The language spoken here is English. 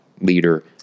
leader